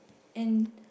and